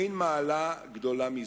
אין מעלה גדולה מזו.